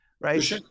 Right